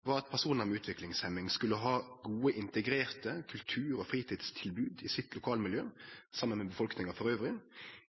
reforma var at personar med utviklingshemming skulle ha gode integrerte kultur- og fritidstilbod i sitt lokalmiljø, saman med befolkninga elles,